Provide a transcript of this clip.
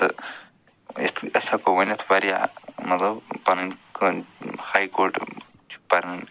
تہٕ أسۍ ہٮ۪کو ؤنِتھ وارِیاہ مطلب پنُن ہاے کوٹ چھُ پنُن